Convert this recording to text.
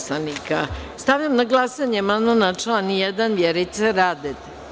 Stavljam na glasanje amandman na član 1. Vjerice Radete.